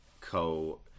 Co-